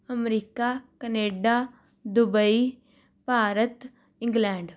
America Canada Dubai Bharat England